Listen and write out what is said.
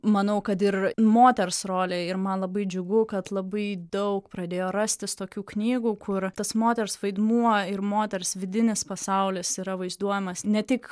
manau kad ir moters rolė ir man labai džiugu kad labai daug pradėjo rastis tokių knygų kur tas moters vaidmuo ir moters vidinis pasaulis yra vaizduojamas ne tik